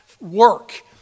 work